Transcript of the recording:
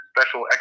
special